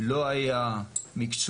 לא היה מקצועי.